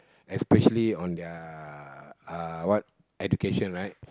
especially on their what education right